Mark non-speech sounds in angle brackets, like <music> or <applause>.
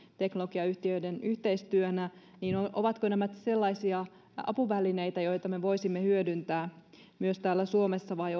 teknologiayhtiöiden yhteistyönä niin ovatko nämä sellaisia apuvälineitä joita me voisimme hyödyntää myös täällä suomessa vai <unintelligible>